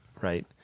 right